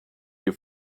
your